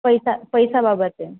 પૈસા પૈસા બાબતે